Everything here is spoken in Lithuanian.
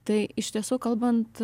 tai iš tiesų kalbant